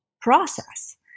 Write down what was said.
process